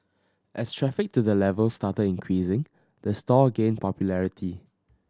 as traffic to the level started increasing the store gained popularity